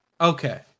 okay